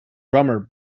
drummer